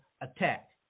attack